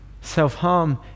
Self-harm